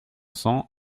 cents